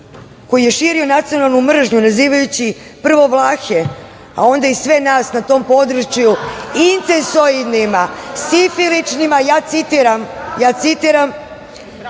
koji je širio nacionalnu mržnju nazivajući prvo Vlahe, a onda i sve nas na toma području, incesiodnima, sifiličnima, ja samo citiram,